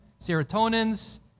serotonins